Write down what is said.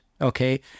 okay